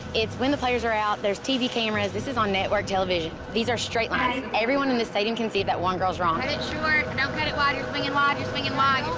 it's when the players are out, there's tv cameras, this is um network television. these are straight lines. everyone in the stadium can see if that one girl's wrong. cut it short, and don't cut it wide, you're swinging wide, you're swinging wide,